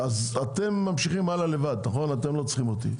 אתם ממשיכים הלאה לבד, אתם לא צריכים אותי.